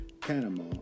Panama